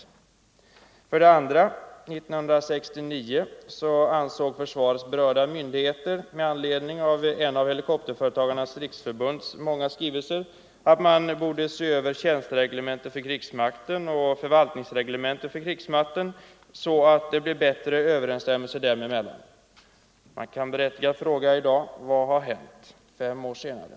Vidare finner 20 november 1974 vi att 1969 ansåg försvarets berörda myndigheter med anledning av en av Helikopterföretagens riksförbunds många skrivelser att man borde Reglering av se över tjänstereglementet för krigsmakten och förvaltningsreglementet — försvarets transför krigsmakten så att det blev bättre överensstämmelse dem emellan. = portflygningar för En berättigad fråga i dag är: Vad har hänt nu, fem år senare?